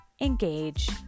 engage